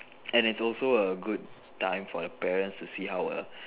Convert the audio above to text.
and it's also a good time for the parents to see how err